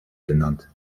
genannt